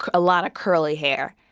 ah a lot of curly hair.